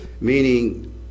meaning